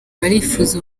barifuza